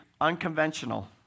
unconventional